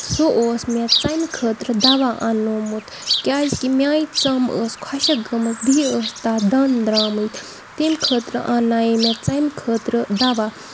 سُہ اوس مےٚ ژَمہِ خٲطرٕ دَوا اَننوومُت کیٛازِکہِ میٲنۍ ژَم ٲس خۄشِکھ گٔمٕژ بیٚیہِ ٲس تَتھ دانہٕ درٛامٕتۍ تَمہِ خٲطرٕ اَننایے ژَمہِ خٲطرٕ دَوا